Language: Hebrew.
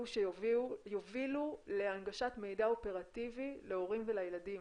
שיובילו להנגשת מידע אופרטיבי להורים ולילדים.